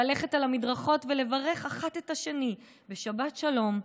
ללכת על המדרכות ולברך אחד את השני ב"שבת שלום",